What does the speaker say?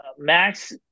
Max